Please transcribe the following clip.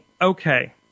okay